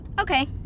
Okay